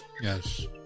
Yes